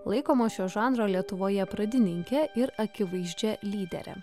laikoma šio žanro lietuvoje pradininke ir akivaizdžia lydere